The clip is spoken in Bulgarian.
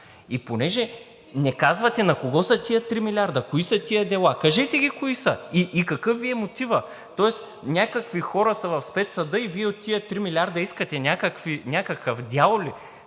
и понеже не казвате на кого са тези 3 милиарда – кои са тези дела? Кажете ги кои са и какъв Ви е мотивът? Тоест някакви хора са в Спецсъда и Вие от тези 3 милиарда искате някакъв дял ли?